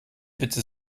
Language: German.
bitte